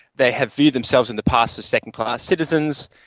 they have viewed themselves in the past as second-class citizens,